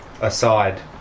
aside